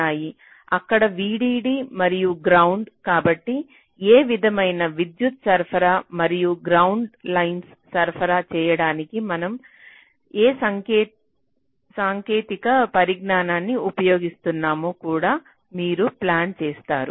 ఇక్కడ VDD మరియు ground కాబట్టి ఏ విధంగానైనా విద్యుత్ సరఫరా మరియు గ్రౌండ్ లైన్లను సరఫరా చేయడానికి మనం ఏ సాంకేతిక పరిజ్ఞానాన్ని ఉపయోగిస్తున్నామో కూడా మీరు ప్లాన్ చేస్తారు